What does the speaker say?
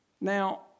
Now